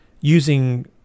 using